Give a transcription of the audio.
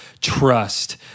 trust